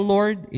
Lord